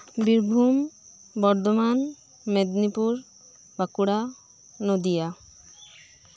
Birbhum Bardhaman Medinipur Bankura Nadia